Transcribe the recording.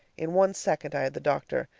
in one second i had the doctor.